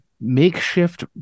makeshift